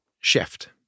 shift